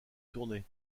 tournée